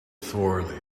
thoroughly